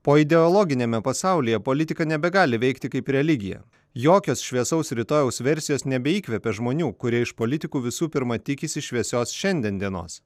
poideologiniame pasaulyje politika nebegali veikti kaip religija jokios šviesaus rytojaus versijos nebeįkvepia žmonių kurie iš politikų visų pirma tikisi šviesios šiandien dienos